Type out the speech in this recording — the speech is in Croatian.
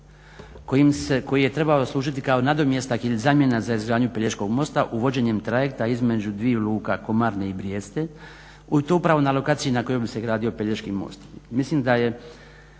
koji je trebao služiti kao nadomjestak ili zamjena za izgradnju Pelješkog mosta uvođenjem trajekta između dviju luka Komarne i Brijeste i to upravo na lokaciji na kojoj bi se gradio Pelješki most. Mislim da je